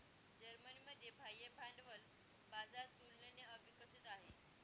जर्मनीमध्ये बाह्य भांडवल बाजार तुलनेने अविकसित आहे